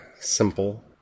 simple